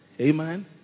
Amen